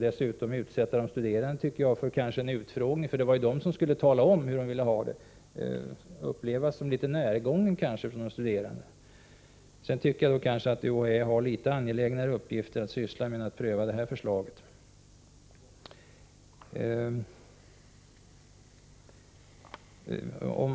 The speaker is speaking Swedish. Dessutom skulle det utsätta de studerande för en utfrågning — det är ju de som skall tala om hur de vill ha det —som de kan uppleva som litet närgången. Vidare tycker jag att UHÄ kanske har angelägnare uppgifter än att pröva det här förslaget.